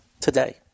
today